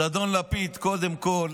אז אדון לפיד, קודם כול